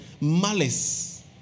Malice